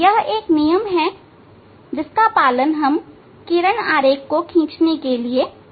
यह एक नियम है जिसका पालन हम किरण आरेख को खींचने के लिए करेंगे